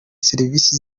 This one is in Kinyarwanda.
serivisi